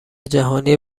جهانی